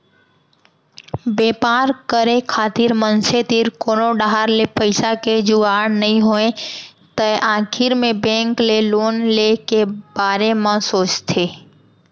बेपार करे खातिर मनसे तीर कोनो डाहर ले पइसा के जुगाड़ नइ होय तै आखिर मे बेंक ले लोन ले के बारे म सोचथें